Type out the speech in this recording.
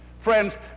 Friends